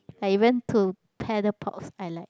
I went to Paddlepox I like